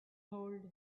hold